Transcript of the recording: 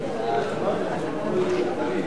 מי נגד?